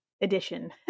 edition